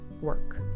work